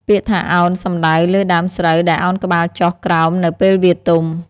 ពាក្យថា «ឱន» សំដៅលើដើមស្រូវដែលឱនក្បាលចុះក្រោមនៅពេលវាទុំ។